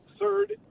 Third